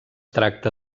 tracta